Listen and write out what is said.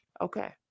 Okay